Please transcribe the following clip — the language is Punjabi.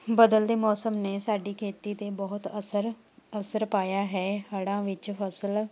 ਬਦਲਦੇ ਮੌਸਮ ਨੇ ਸਾਡੀ ਖੇਤੀ 'ਤੇ ਬਹੁਤ ਅਸਰ ਅਸਰ ਪਾਇਆ ਹੈ ਹੜ੍ਹਾਂ ਵਿੱਚ ਫ਼ਸਲ